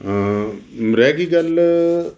ਰਹਿ ਗਈ ਗੱਲ